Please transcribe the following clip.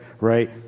right